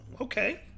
okay